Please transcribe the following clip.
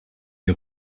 des